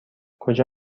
کجا